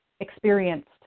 experienced